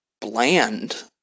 bland